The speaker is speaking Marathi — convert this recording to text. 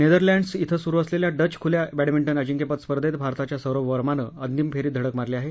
नेदरलँड्स इथं सुरु असलेल्या डच खुल्या बॅडमिंटन अजिंक्यपद स्पर्धेत भारताच्या सौरभ वर्मानं अंतिम फेरीत धडक मारली आहे